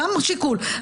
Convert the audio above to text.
גם זה שיקול.